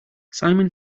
simon